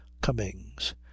Cummings